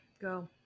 Go